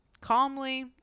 calmly